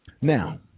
Now